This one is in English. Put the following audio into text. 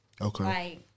Okay